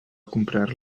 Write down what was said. comprar